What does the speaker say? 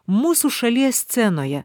mūsų šalies scenoje